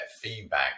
feedback